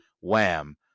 Wham